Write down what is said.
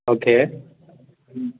okay